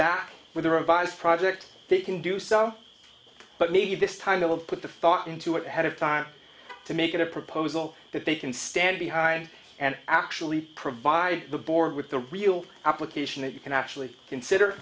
back with a revised project that can do so but maybe this time they will put the thought into it head of time to make it a proposal that they can stand behind and actually provide the board with the real application that you can actually consider